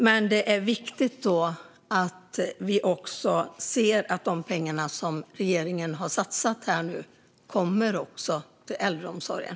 Men det är viktigt att vi ser att de pengar som regeringen nu har satsat också kommer till äldreomsorgen.